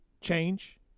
change